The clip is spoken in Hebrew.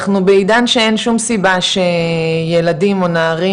אנחנו בעידן שאין שום סיבה ילדים או נערים